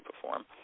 perform